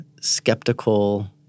skeptical